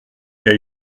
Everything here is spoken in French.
cas